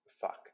Fuck